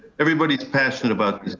everybody's passionate about this.